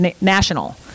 national